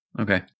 Okay